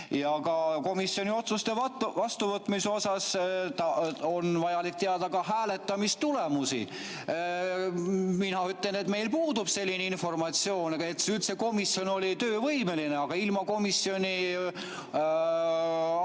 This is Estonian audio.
Ja komisjoni otsuste vastuvõtmiseks on vajalik teada ka hääletamistulemusi. Mina ütlen, et meil puudub selline informatsioon, et üldse komisjon oli töövõimeline, aga ilma komisjoni